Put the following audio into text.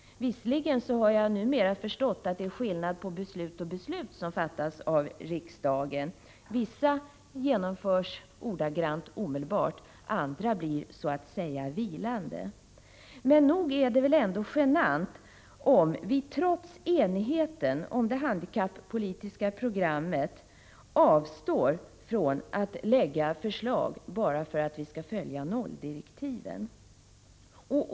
Visserligen har jag numera förstått att det är skillnad på beslut och beslut som fattas av riksdagen. Vissa genomförs ordagrant omedelbart, medan andra blir så att säga vilande. Nog är det ändå genant om vi trots enigheten om det handikappolitiska programmet avstår från att lägga fram förslag bara för att vi skall följa nolldirektiven.